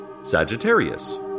Sagittarius